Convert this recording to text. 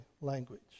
language